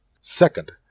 Second